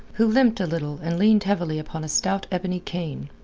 who limped a little and leaned heavily upon a stout ebony cane.